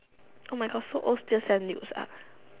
oh my god so old just send nudes